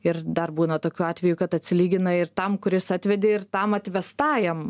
ir dar būna tokių atvejų kad atsilygina ir tam kuris atvedė ir tam atvestajam